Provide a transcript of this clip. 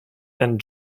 and